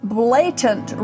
blatant